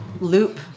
loop